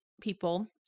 people